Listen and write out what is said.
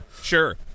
Sure